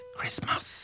Christmas